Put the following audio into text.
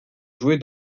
joués